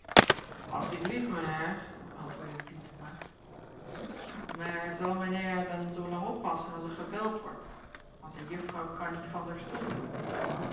haier antwoordde de dienstmaagd mair zal men haier dan zoolang oppassen als er gebeld wordt want de juffrouw kan niet van d'r stoel